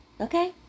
okay